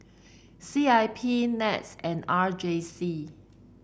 C I P NETS and R J C